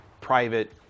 private